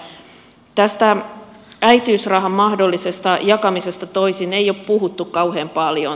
tästä äitiysrahan mahdollisesta jakamisesta toisin ei ole puhuttu kauhean paljon